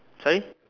sorry